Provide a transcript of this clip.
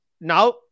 now